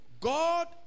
God